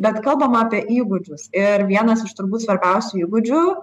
bet kalbam apie įgūdžius ir vienas iš turbūt svarbiausių įgūdžių